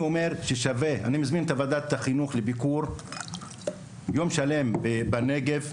אני מזמין את ועדת החינוך לביקור של יום שלם בנגב,